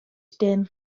dim